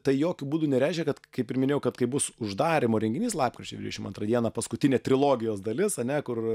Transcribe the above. tai jokiu būdu nereiškia kad kaip ir minėjau kad kai bus uždarymo renginys lapkričio dvidešimt antrą dieną paskutinė trilogijos dalis ane kur